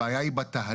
הבעיה היא בתהליך,